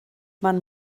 man